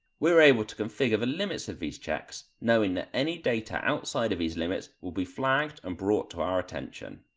we are able to configure the limits of these checks, knowing that any data outside of these limits will be flagged and brought to our attention.